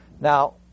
Now